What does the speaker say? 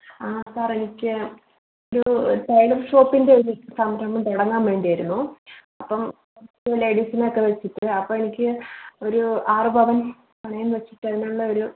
ആ സർ എനിക്ക് ഒരു ടൈലറിങ്ങ് ഷോപ്പിൻ്റെ ഒരു സംരംഭം തുടങ്ങാൻ വേണ്ടി ആയിരുന്നു അപ്പോൾ ലേഡീസിനൊക്കെ വെച്ചിട്ട് അപ്പോൾ എനിക്ക് ഒരു ആറ് പവൻ പണയം വെച്ചിട്ട് അതിനുള്ള ഒരു